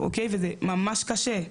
אוקי וזה ממש קשה.